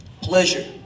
pleasure